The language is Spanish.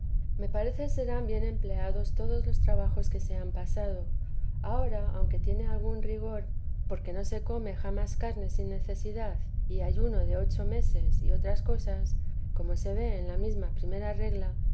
me parece serán bien empleados todos los trabajos que se han pasado ahora aunque tiene algún rigor porque no se come jamás carne sin necesidad y ayuno de ocho meses y otras cosas como se ve en la mesma primera regla